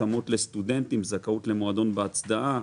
התאמות לסטודנטים, זכאות למועדון "בהצדעה",